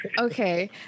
Okay